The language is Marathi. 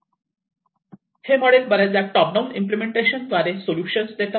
हे मॉडेल बर्याचदा टॉप डाऊन इम्पलेमेंटेशन द्वारे सोल्युशन देतात